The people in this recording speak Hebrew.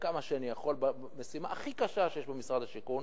כמה שאני יכול במשימה הכי קשה שיש למשרד השיכון.